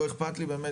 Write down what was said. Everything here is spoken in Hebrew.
לא איכפת לי באמת,